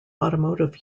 automotive